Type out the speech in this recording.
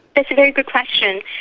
that's a very good question.